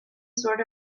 sort